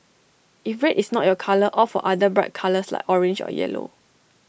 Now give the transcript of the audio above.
if red is not your colour opt for other bright colours like orange or yellow